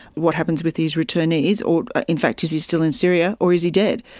what happens with these returnees, or in fact is he still in syria or is he dead.